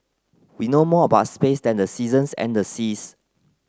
we know more about space than the seasons and the seas